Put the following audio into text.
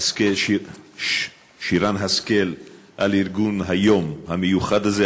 השכל על ארגון היום המיוחד הזה,